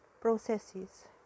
processes